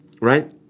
right